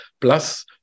Plus